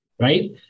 right